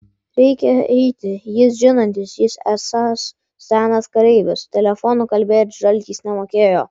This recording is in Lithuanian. reikią eiti jis žinantis jis esąs senas kareivis telefonu kalbėti žaltys nemokėjo